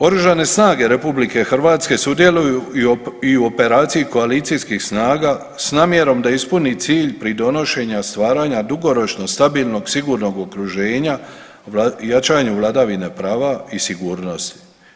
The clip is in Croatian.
Oružane snage RH sudjeluju i u operaciji koalicijskih snaga s namjerom da ispuni cilj pridonošenja stvaranja dugoročno stabilnog sigurnog okruženja jačaju vladavine prava i sigurnosti.